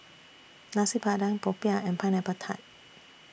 Nasi Padang Popiah and Pineapple Tart